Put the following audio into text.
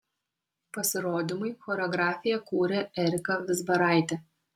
pasirodymui choreografiją kūrė erika vizbaraitė